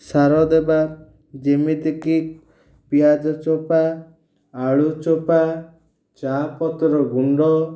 ସାର ଦେବା ଯେମିତିକି ପିଆଜ ଚୋପା ଆଳୁ ଚୋପା ଚା' ପତ୍ର ଗୁଣ୍ଡ